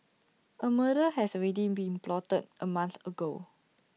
A murder has already been plotted A month ago